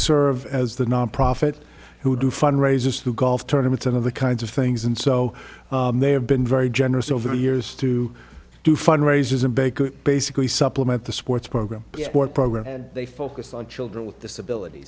serve as the nonprofit who do fund raisers to golf tournaments and other kinds of things and so they have been very generous over the years to do fundraisers in baker basically supplement the sports program sport program had they focused on children with disabilities